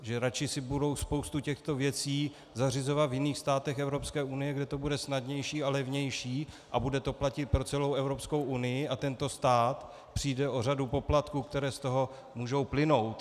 Že radši si budou spoustu těchto věcí zařizovat v jiných státech Evropské unie, kde to bude snadnější a levnější a bude to platit pro celou Evropskou unii, a tento stát přijde o řadu poplatků, které z toho můžou plynout.